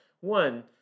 one